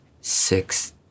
six